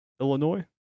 Illinois